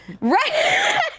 Right